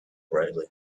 brightly